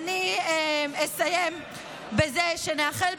אני אסיים בזה שנאחל,